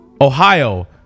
Ohio